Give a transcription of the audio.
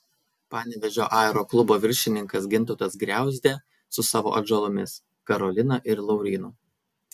panevėžio aeroklubo viršininkas gintautas griauzdė su savo atžalomis karolina ir laurynu